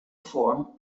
form